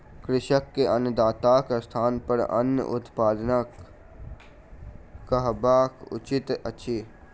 कृषक के अन्नदाताक स्थानपर अन्न उत्पादक कहब उचित अछि